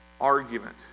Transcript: argument